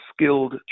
skilled